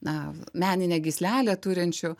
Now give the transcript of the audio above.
na meninę gyslelę turinčių